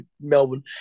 Melbourne